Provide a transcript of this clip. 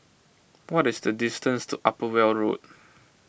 what is the distance to Upper Weld Road